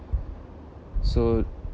so